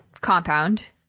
compound